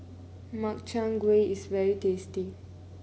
Makchang Gui is very tasty